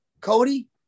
Cody